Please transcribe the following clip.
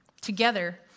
Together